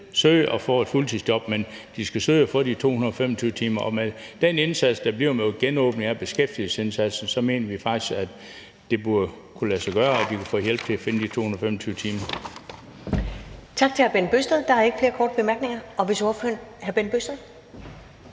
efter at få et fuldtidsjob, men de skal søge at få de her 225 timer. Og med den indsats, der bliver med genåbning af beskæftigelsesindsatsen, mener vi faktisk, at det burde kunne lade sig gøre, at de kan få hjælp til at finde de 225 timer.